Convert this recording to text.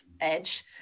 edge